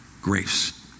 Grace